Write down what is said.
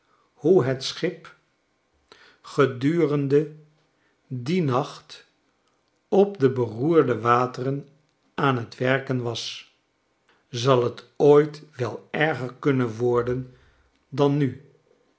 hoe het schip gedude heenkeis rende djen nacht op de beroerde wateren aan t werken was zal t ooit wel erger kunnen word en dan nu